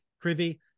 Privy